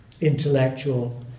intellectual